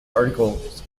articles